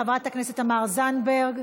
חברת הכנסת תמר זנדברג,